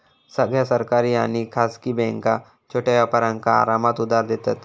सगळ्या सरकारी आणि खासगी बॅन्का छोट्या व्यापारांका आरामात उधार देतत